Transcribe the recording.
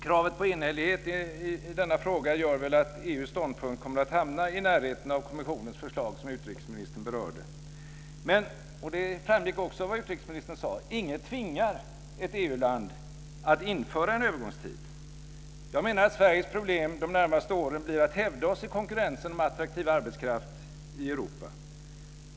Kravet på enhällighet i denna fråga gör väl att EU:s ståndpunkt kommer att hamna i närheten av kommissionens förslag som utrikesministern berörde. Men ingen tvingar, det framgick också av vad utrikesministern sade, ett EU-land att införa en övergångstid. Jag menar att Sveriges problem de närmaste åren blir att hävda sig i konkurrensen om attraktiv arbetskraft i Europa.